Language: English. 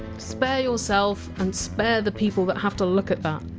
spare yourself, and spare the people that have to look at that.